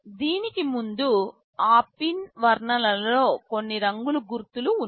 దీనికి ముందు ఆ పిన్ వర్ణనలలో కొన్ని రంగుల గుర్తులు ఉన్నాయి